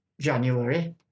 January